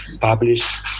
published